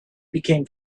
became